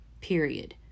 period